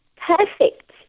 Perfect